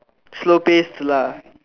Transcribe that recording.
slow paced lah